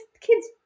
kids